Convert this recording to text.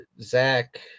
Zach